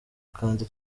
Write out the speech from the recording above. kandi